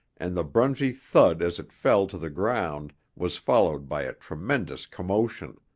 and the spongy thud as it fell to the ground was followed by a tremendous commotion.